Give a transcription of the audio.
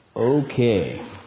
Okay